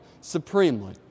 supremely